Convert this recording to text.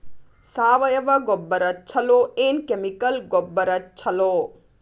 ಸಾವಯವ ಗೊಬ್ಬರ ಛಲೋ ಏನ್ ಕೆಮಿಕಲ್ ಗೊಬ್ಬರ ಛಲೋ?